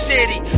City